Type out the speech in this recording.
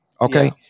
okay